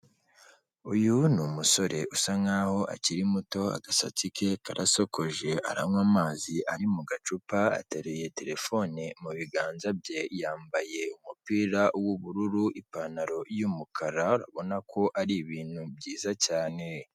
Uyu ni umusore usa nkaho akiri muto, agasatsi ke karasokoje, aranywa amazi ari mu gacupa, atereye terefone mu biganza bye, yambaye umupira w'ubururu, ipantaro y'umukara, arabona ko ari ibintu byiza cyane.